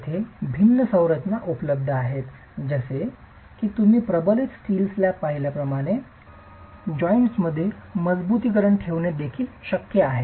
तेथे भिन्न संरचना उपलब्ध आहेत जसे की तुम्ही प्रबलित वीट स्लॅब पाहिल्याप्रमाणे जॉइंट मध्ये मजबुतीकरण ठेवणे देखील शक्य आहे